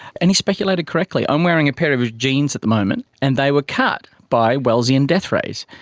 and he speculated correctly. i'm wearing a pair of of jeans at the moment, and they were cut by wellsian death rays.